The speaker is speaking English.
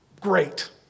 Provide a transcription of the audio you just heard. Great